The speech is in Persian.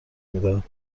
میدهد